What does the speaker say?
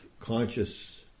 conscious